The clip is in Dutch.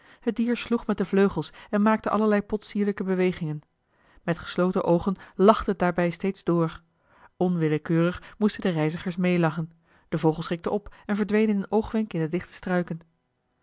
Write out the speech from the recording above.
het dier sloeg met de vleugels en maakte allerlei potsierlijke bewegingen met gesloten oogen lachte het daarbij steeds door onwillekeurig moesten de reizigers meelachen de vogel schrikte op en verdween in een oogwenk in de dichte struiken